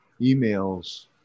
emails